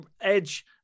Edge